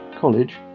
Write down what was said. college